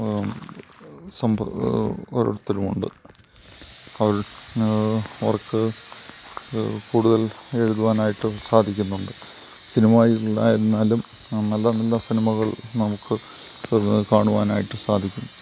ഓരോരുത്തരും ഉണ്ട് ഓർക്ക് കൂടുതൽ എഴുതുവാനായിട്ട് സാധിക്കുന്നുണ്ട് സ്ഥിരമായി ഉണ്ടായിരുന്നാലും നല്ല നല്ല സിനിമകൾ നമുക്ക് കാണുവാനായിട്ട് സാധിക്കും